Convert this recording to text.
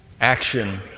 action